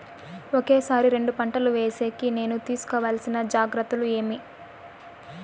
ఒకే సారి రెండు పంటలు వేసేకి నేను తీసుకోవాల్సిన జాగ్రత్తలు ఏమి?